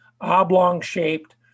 oblong-shaped